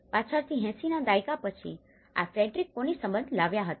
પાછળથી 80 ના દાયકા પછી જ્યાં ફ્રેડરિક કોની સંબંધ લાવ્યા હતા